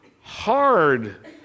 hard